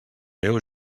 meu